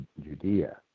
Judea